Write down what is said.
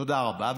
תודה רבה.